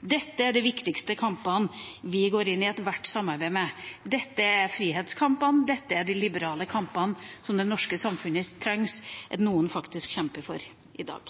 Dette er de viktigste kampene vi går inn i ethvert samarbeid med, dette er frihetskampene, dette er de liberale kampene som det norske samfunnet trenger at noen faktisk kjemper i dag.